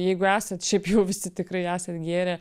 jeigu esat šiaip jau visi tikrai esat gėrę